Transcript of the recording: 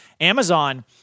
Amazon